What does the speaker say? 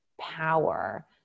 power